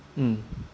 mm